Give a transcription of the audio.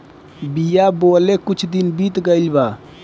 बिया बोवले कुछ दिन बीत गइल बा